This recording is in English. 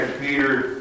Peter